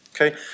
Okay